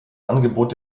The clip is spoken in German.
angebot